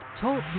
talk